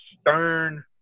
stern